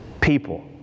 people